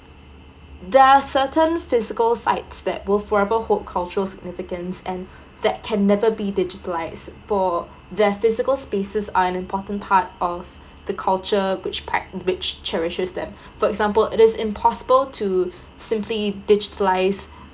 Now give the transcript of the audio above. there are certain physical sites that will forever hold cultural significance and that can never be digitalize for their physical spaces are an important part of the culture which prac~ which cherishes them for example it is impossible to simply digitalize